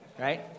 right